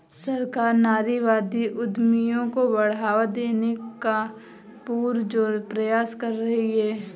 सरकार नारीवादी उद्यमियों को बढ़ावा देने का पुरजोर प्रयास कर रही है